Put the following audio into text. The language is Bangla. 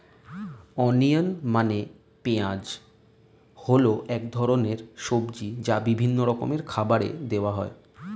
অনিয়ন মানে পেঁয়াজ হল এক ধরনের সবজি যা বিভিন্ন রকমের খাবারে দেওয়া হয়